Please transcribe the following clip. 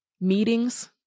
Meetings